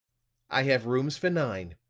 i have rooms for nine.